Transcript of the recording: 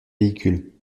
véhicules